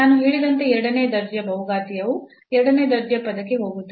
ನಾನು ಹೇಳಿದಂತೆ ಎರಡನೇ ದರ್ಜೆಯ ಬಹುಘಾತೀಯವು ಎರಡನೇ ದರ್ಜೆಯ ಪದಕ್ಕೆ ಹೋಗುತ್ತದೆ